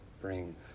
brings